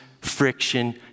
friction